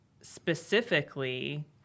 specifically